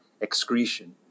excretion